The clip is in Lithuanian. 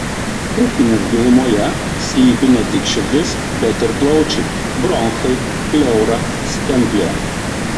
krūtinės gilumoje slypi ne tik širdis bet ir plaučiai bronchai pleura stemplė